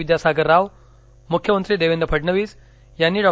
विद्यासागर राव मुख्यमंत्री देवेंद्र फडणवीस यांनी डॉ